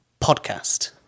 Podcast